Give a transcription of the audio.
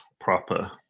proper